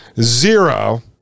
zero